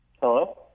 Hello